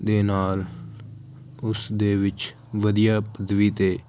ਦੇ ਨਾਲ ਉਸ ਦੇ ਵਿੱਚ ਵਧੀਆ ਪਦਵੀ ਤੇ